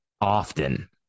often